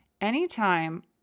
anytime